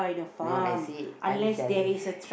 you know I see I'm telling